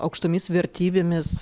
aukštomis vertybėmis